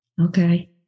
okay